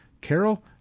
Carol